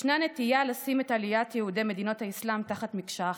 ישנה נטייה לשים את עליית יהודי מדינות האסלאם כמקשה אחת,